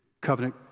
covenant